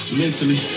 mentally